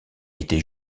était